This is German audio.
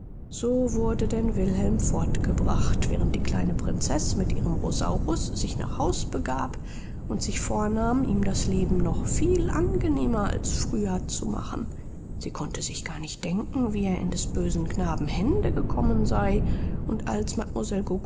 so wurde denn wilhelm fortgebracht während die kleine prinzeß mit ihrem rosaurus sich nach haus begab und sich vornahm ihm das leben noch viel angenehmer als früher zu machen sie konnte sich gar nicht denken wie er in des bösen knaben hände gekommen sei und als